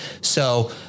So-